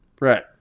Right